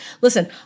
listen